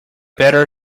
better